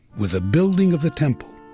with the building of the temple,